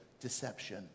deception